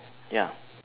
ya